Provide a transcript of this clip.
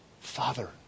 Father